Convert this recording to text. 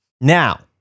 Now